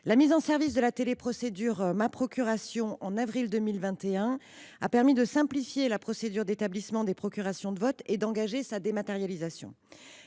la mise en service de la téléprocédure Maprocuration en avril 2021 a permis de simplifier la procédure d’établissement des procurations de vote et d’engager sa dématérialisation.